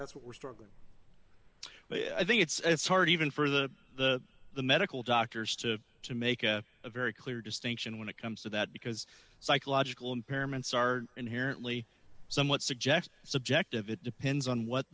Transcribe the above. that's what we're struggling but i think it's hard even for the the the medical doctors to to make a very clear distinction when it comes to that because psychological impairments are inherently somewhat subject subjective it depends on what